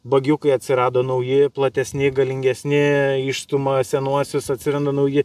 bagiukai atsirado nauji platesni galingesni išstumia senuosius atsiranda nauji